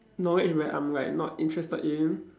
knowledge where I'm like not interested in